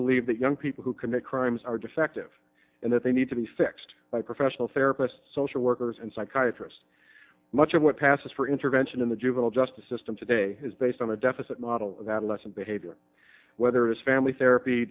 believe that young people who commit crimes are defective and that they need to be fixed by professional therapist social workers and psychiatry s much of what passes for intervention in the juvenile justice system today is based on the deficit model of adolescent behavior whether it's family therapy